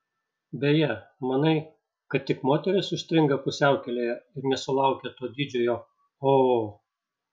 beje manai kad tik moterys užstringa pusiaukelėje ir nesulaukia to didžiojo o